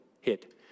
hit